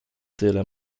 tyle